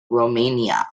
romania